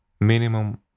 minimum